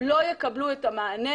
את המענה.